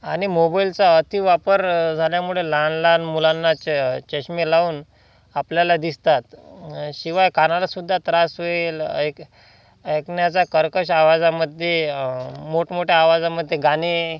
आणि मोबाईलचा अतिवापर झाल्यामुळे लहान लहान मुलांना च चष्मे लावून आपल्याला दिसतात शिवाय कानालासुद्धा त्रास होईल ऐक ऐकण्याचा कर्कश आवाजामध्ये मोठमोठ्या आवाजामध्ये गाणे